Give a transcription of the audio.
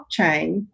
blockchain